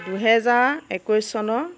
দুহেজাৰ একৈছ চনৰ